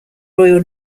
royal